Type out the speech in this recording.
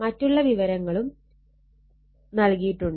മറ്റുള്ള വിവരങ്ങളും നൽകിയിട്ടുണ്ട്